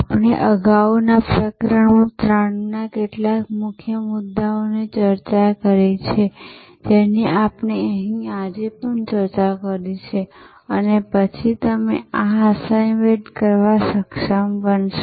આપણે અગાઉ પ્રકરણ 3 ના કેટલાક મુખ્ય મુદ્દાઓ ચર્ચા કરી છે જેની આપણે અહીં આજે ચર્ચા કરી છે અને પછી તમે આ અસાઇનમેન્ટ કરવા સક્ષમ બનશો